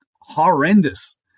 horrendous